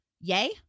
yay